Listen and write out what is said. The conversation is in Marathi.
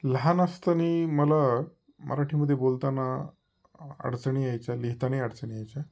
लहान असताना मला मराठीमध्ये बोलताना अडचणी यायच्या लिहिताना अडचणी यायच्या